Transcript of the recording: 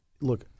look